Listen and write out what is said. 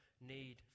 need